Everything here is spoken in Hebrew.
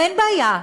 ואין בעיה,